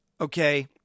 Okay